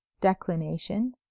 declination